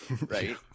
right